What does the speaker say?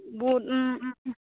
बुद उम उम उम